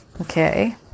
Okay